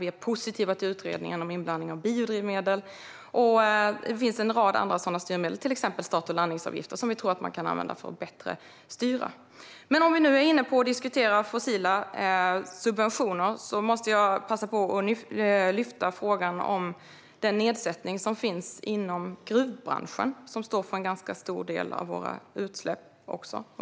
Vi är positiva till utredningen om inblandning av biodrivmedel. Det finns även en rad andra sådana styrmedel, till exempel start och landningsavgifter, som vi tror att man kan använda för att styra bättre. Men när vi nu är inne på att diskutera fossila subventioner måste jag passa på att ta upp frågan om den nedsättning som finns inom gruvbranschen, som också står för en ganska stor del av våra utsläpp.